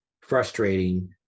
frustrating